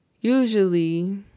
Usually